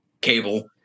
cable